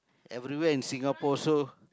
everywhere in Singapore also